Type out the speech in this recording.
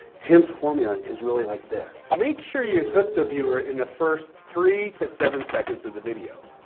tim's formula is really like this. make sure you hook the viewer in the first three to seven seconds of the video.